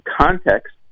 context